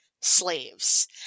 slaves